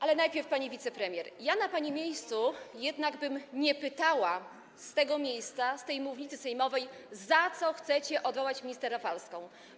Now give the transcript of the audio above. Ale najpierw: pani wicepremier, ja na pani miejscu jednak bym nie pytała z tego miejsca, z tej mównicy sejmowej, za co chcecie odwołać minister Rafalską.